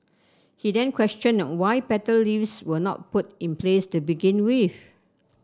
he then questioned why better lifts were not put in place to begin with